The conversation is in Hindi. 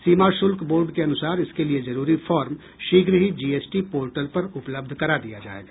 सीमा शुल्क बोर्ड के अनुसार इसके लिए जरूरी फार्म शीघ्र ही जीएसटी पोर्टल पर उपलब्ध करा दिया जायेगा